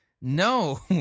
No